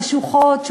חשוכות,